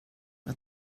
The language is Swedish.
vad